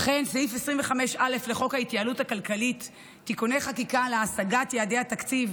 אכן סעיף 25א לחוק ההתייעלות הכלכלית (תיקוני חקיקה להשגת יעדי התקציב